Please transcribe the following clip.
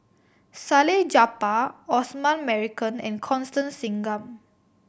Salleh Japar Osman Merican and Constance Singam